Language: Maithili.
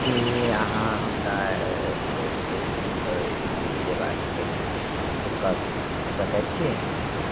कि अहाँ हमरा लोकेशनपर जेबाके टैक्सी बुक कऽ सकै छी